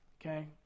Okay